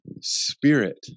spirit